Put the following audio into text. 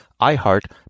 iHeart